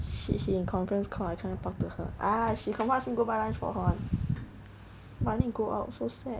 she she in conference call I cannot talk to her ah she confirm ask me go buy lunch for her [one] but I need go out so sad